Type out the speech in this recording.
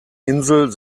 insel